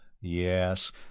Yes